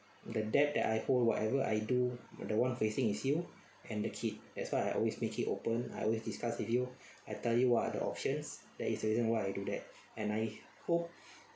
the debt that I owe whatever I do the one facing is you and the kid that's why I always make it open I always discuss with you I tell you what are the options there is a reason why I do that and I hope